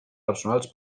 personals